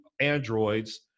androids